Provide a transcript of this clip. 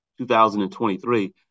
2023